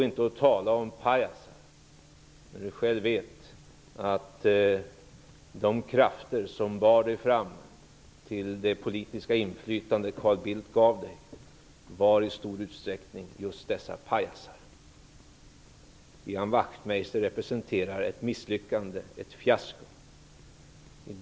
Ian Wachtmeister vet själv att de krafter som bar honom fram till det politiska inflytande Carl Bildt gav honom i stort utsträckning bestod av pajaser. Ian Wachtmeister representerar ett misslyckande, ett fiasko.